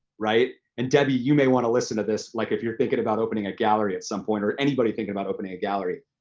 and debbie, you may wanna listen to this like if you're thinking about opening a gallery at some point or anybody thinking about opening a gallery.